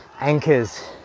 anchors